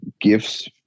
gifts